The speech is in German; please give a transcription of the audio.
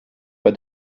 bei